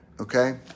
Okay